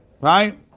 right